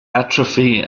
atrophy